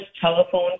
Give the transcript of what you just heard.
telephone